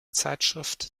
zeitschrift